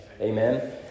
Amen